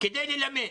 כדי ללמד.